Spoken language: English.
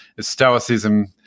Stoicism